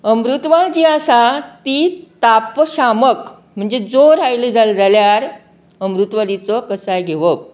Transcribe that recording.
अमृतवाल जी आसा ती ताचपशामक म्हणजे जोर आयलो जाल्यार अमृतवालीचो कसाय घेवप